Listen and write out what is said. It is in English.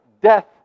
death